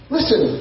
Listen